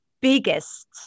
biggest